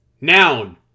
Noun